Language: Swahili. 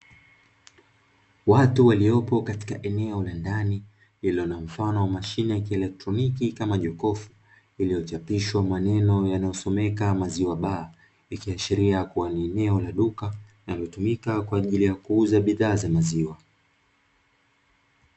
Watu waliopo katika eneo la ndani lililo na mfano wa mashine ya kieletroniki kama jokofu iliyochapishwa maneno yanayosomeka maziwa baa, ikiashiria kuwa ni eneo la duka kubwa linalotumika kwa ajili ya kuuza bidhaa za maziwa.